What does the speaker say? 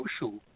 social